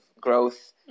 growth